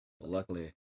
Luckily